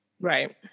Right